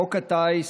חוק הטיס,